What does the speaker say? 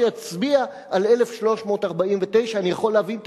שיצביע על 1,349. אני יכול להבין את